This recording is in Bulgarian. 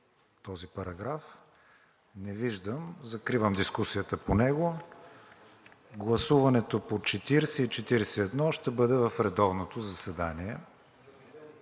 този параграф? Не виждам. Закривам дискусията и по него. Гласуването и по § 42 ще бъде в редовното заседание,